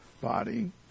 body